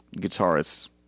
guitarists